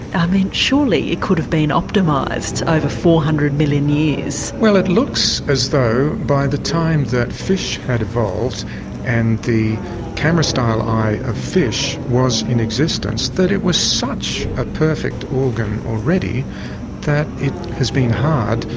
i mean, surely it could have been optimised over four hundred million years. well, it looks as though by the time that fish had evolved and the camera style eye of fish was in existence, that it was such a perfect organ already that it has been hard,